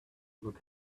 look